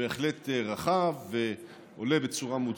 בהחלט רחב, ועולה בצורה מוצדקת.